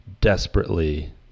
desperately